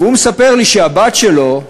והוא מספר לי שהבת שלו,